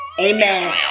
amen